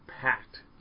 Packed